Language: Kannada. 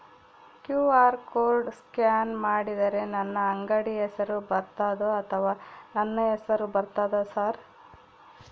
ಕ್ಯೂ.ಆರ್ ಕೋಡ್ ಸ್ಕ್ಯಾನ್ ಮಾಡಿದರೆ ನನ್ನ ಅಂಗಡಿ ಹೆಸರು ಬರ್ತದೋ ಅಥವಾ ನನ್ನ ಹೆಸರು ಬರ್ತದ ಸರ್?